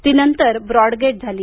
ती नंतर ब्रॉडगेज झाली